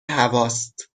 هواست